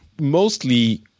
mostly